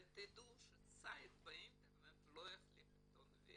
אבל תדעו שאתר באינטרנט לא יחליף את עיתון וסטי,